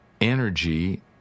energy